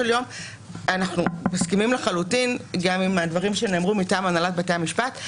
אנחנו מסכימים לחלוטין גם עם הדברים שנאמרו מטעם הנהלת בתי המשפט.